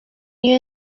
you